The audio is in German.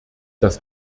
das